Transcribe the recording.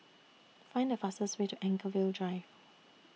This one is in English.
Find The fastest Way to Anchorvale Drive